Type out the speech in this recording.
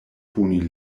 puni